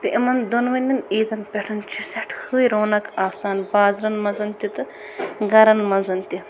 تہٕ یِمن دۄنؤنی عیٖدن پٮ۪ٹھ چھٕ سٮ۪ٹھٕے رونق آسان بازرن منٛز تہِ تہٕ گَرن منٛز تہِ